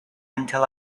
until